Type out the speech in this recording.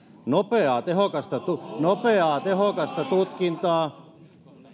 nopeaa tehokasta nopeaa tehokasta tutkintaa